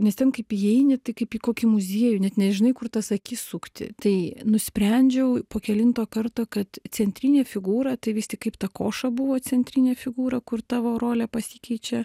nes ten kaip įeini tai kaip į kokį muziejų net nežinai kur tas akis sukti tai nusprendžiau po kelinto karto kad centrinė figūra tai vis tik kaip ta koša buvo centrinė figūra kur tavo rolė pasikeičia